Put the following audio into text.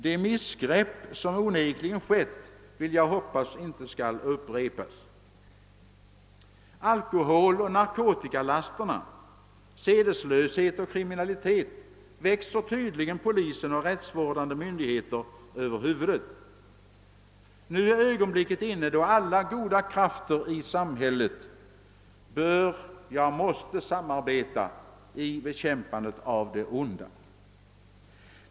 De missgrepp som onekligen gjorts hoppas jag inte skall upprepas. Alkoholoch narkotikalasterna, sedeslöshet och kriminalitet växer tydligen polisen och rättsvårdande myndigheter över huvudet. Nu är ögonblicket inne då alla goda krafter i samhället bör, ja måste, samarbeta i bekämpandet av det onda.